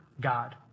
God